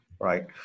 right